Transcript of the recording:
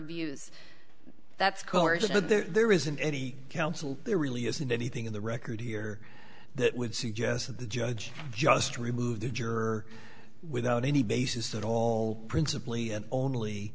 views that's cordial but there isn't any counsel there really isn't anything in the record here that would suggest that the judge just removed the juror without any basis at all principally and only